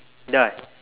dah eh